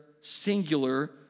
singular